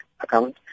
account